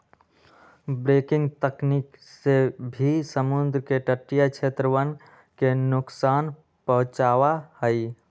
breaking तकनीक से भी समुद्र के तटीय क्षेत्रवन के नुकसान पहुंचावा हई